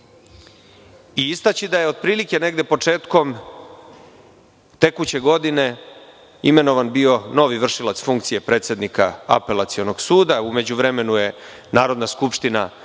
i istaći da je otprilike početkom tekuće godine imenovan bio novi vršilac funkcije predsednika Apelacionog suda. U međuvremenu je Narodna skupština većinom